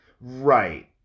right